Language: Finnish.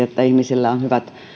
että ihmisillä olisi hyvät